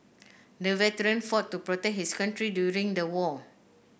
the veteran fought to protect his country during the war